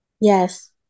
Yes